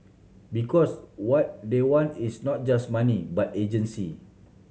because what they want is not just money but agency